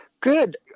Good